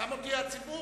שם אותי הציבור.